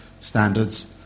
standards